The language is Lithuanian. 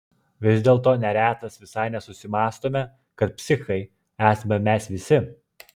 vis dėlto neretas visai nesusimąstome kad psichai esame mes visi